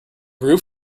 roof